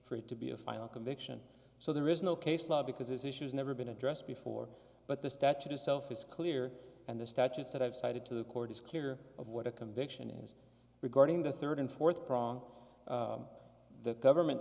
for it to be a final conviction so there is no case law because issues never been addressed before but the statute itself is clear and the statutes that i've cited to the court is clear of what a conviction is regarding the third and fourth prong the government